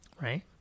right